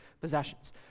possessions